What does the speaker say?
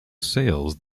sales